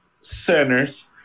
centers